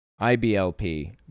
IBLP